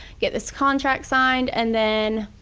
get this contract signed and then